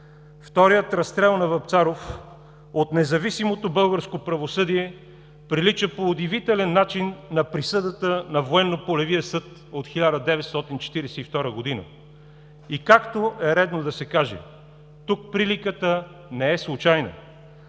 Вторият разстрел на Вапцаров от независимото българско правосъдие прилича по удивителен начин на присъдата на Военно-полевия съд от 1942 г. И както е редно да се каже: тук приликата не е случайна.